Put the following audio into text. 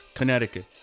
Connecticut